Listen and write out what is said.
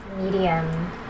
medium